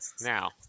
now